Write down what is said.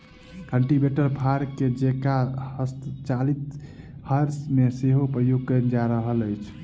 cultivator फार के जेंका हस्तचालित हर मे सेहो प्रयोग कयल जा रहल अछि